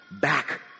back